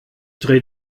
dreh